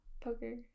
Poker